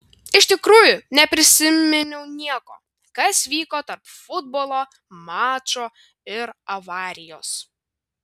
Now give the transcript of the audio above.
iš tikrųjų neprisiminiau nieko kas vyko tarp futbolo mačo ir avarijos